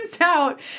out